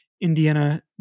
Indiana